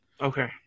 Okay